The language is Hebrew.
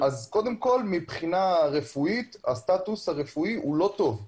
מבחינה רפואית הסטטוס הרפואי הוא לא טוב.